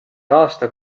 aasta